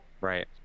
right